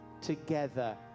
together